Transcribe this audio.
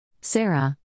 Sarah